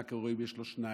מה קורה אם יש לו שניים,